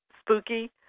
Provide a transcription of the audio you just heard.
spooky